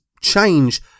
change